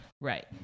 Right